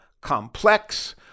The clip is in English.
complex